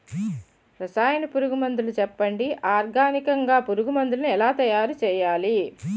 రసాయన పురుగు మందులు చెప్పండి? ఆర్గనికంగ పురుగు మందులను ఎలా తయారు చేయాలి?